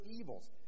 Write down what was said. evils